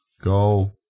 go